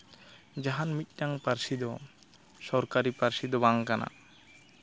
ᱡᱟᱦᱟᱱ ᱢᱤᱫᱴᱟᱝ ᱯᱟᱹᱨᱥᱤ ᱫᱚ ᱥᱚᱨᱠᱟᱨᱤ ᱯᱟᱹᱨᱥᱤ ᱫᱚ ᱵᱟᱝ ᱠᱟᱱᱟ